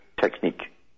technique